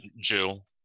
Jill